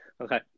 okay